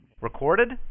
Recorded